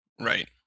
Right